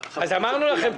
רגע, שנייה.